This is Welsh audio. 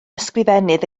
ysgrifennydd